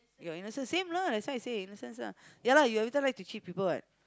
your innocence same lah that's why I say innocence lah ya lah you every time like to cheat people what